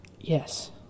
Yes